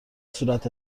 صورت